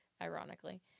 ironically